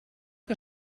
que